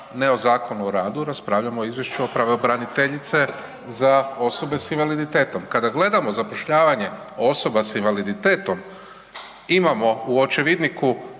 ne o Zakonu o radu, raspravljamo o Izvješću pravobraniteljice za osobe s invaliditetom. Kada gledamo zapošljavanje osoba s invaliditetom imamo u očevidniku